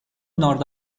nord